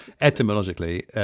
Etymologically